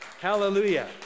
Hallelujah